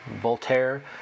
Voltaire